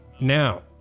now